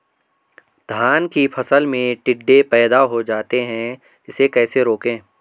धान की फसल में टिड्डे पैदा हो जाते हैं इसे कैसे रोकें?